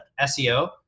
SEO